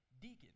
deacon